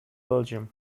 belgium